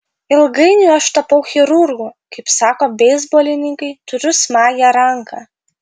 ilgainiui aš tapau chirurgu kaip sako beisbolininkai turiu smagią ranką